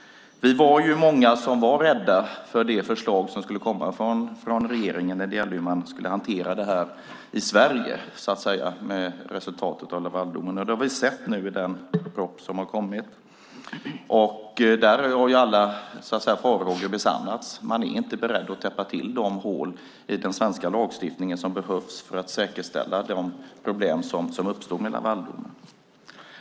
Vi var ju många som var rädda för det förslag som skulle komma från regeringen när det gällde hur man skulle hantera resultatet av Lavaldomen i Sverige. Det har vi sett nu i den proposition som har kommit. Där har alla farhågor besannats. Regeringen är inte beredd att täppa till de hål i den svenska lagstiftningen som behövs för att säkerställa en lösning av de problem som uppstod med Lavaldomen.